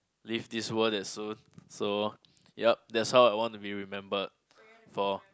leave this world that soon so yup that's how I want to be remembered for